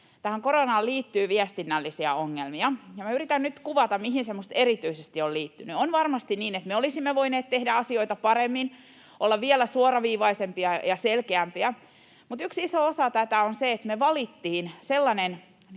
tähän koronaan liittyy viestinnällisiä ongelmia. Yritän nyt kuvata, mihin se minusta erityisesti on liittynyt: On varmasti niin, että me olisimme voineet tehdä asioita paremmin, olla vielä suoraviivaisempia ja selkeämpiä, mutta yksi iso osa tätä on se, että me valittiin sellainen